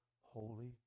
holy